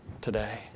today